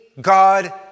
God